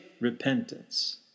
repentance